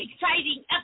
exciting